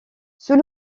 sous